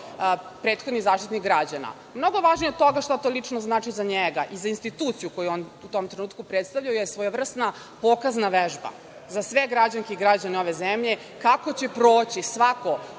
prethodni Zaštitnik građana, mnogo važnije od toga šta to lično znači za njega i za instituciju koju je on u tom trenutku predstavljao, je svojevrsna pokazna vežba za sve građanke i građane ove zemlje, kako će proći svako